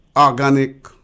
organic